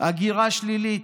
הגירה שלילית,